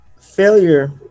failure